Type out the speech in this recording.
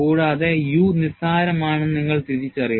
കൂടാതെ U നിസ്സാരമാണെന്ന് നിങ്ങൾ തിരിച്ചറിയണം